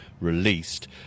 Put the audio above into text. released